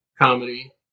comedy